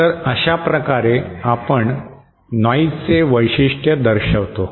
तर अशा प्रकारे आपण नॉइजचे वैशिष्ट्य दर्शवितो